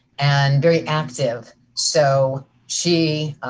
and very active. so she,